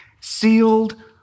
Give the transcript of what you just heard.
sealed